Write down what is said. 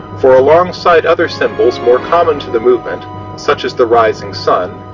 for alongside other symbols more common to the movement such as the rising sun,